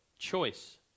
Choice